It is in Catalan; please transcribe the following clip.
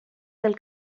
del